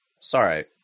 Sorry